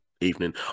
Evening